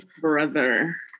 Brother